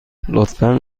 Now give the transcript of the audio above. لطفا